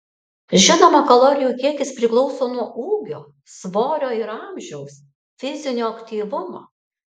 žinoma kalorijų kiekis priklauso nuo ūgio svorio ir amžiaus fizinio aktyvumo